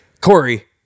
Corey